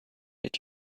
did